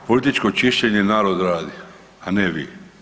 Političko čišćenje narod radi, a ne vi.